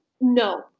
no